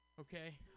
okay